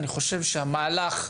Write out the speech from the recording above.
אני חושב שהמהלך,